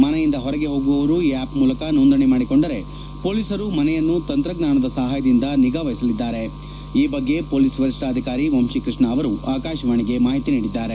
ಮನೆಯಿಂದ ಹೊರಗೆ ಹೋಗುವರು ಈ ಆಪ್ ಮೂಲಕ ನೋಂದಣೆ ಮಾಡಿಕೊಂಡರೆ ಪೊಲೀಸರು ಮನೆಯನ್ನು ತಂತ್ರಜ್ಞಾನದ ಸಹಾಯದಿಂದ ನಿಗಾವಹಿಸಲಿದ್ದಾರೆ ಈ ಬಗ್ಗೆ ಪೊಲೀಸ್ ವರಿಷ್ಠಾಧಿಕಾರಿ ವಂಶಿಕೃಷ್ಣ ಅವರು ಆಕಾಶವಾಣಿಗೆ ಮಾಹಿತಿ ನೀಡಿದ್ದಾರೆ